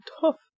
tough